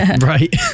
Right